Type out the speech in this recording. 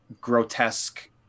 grotesque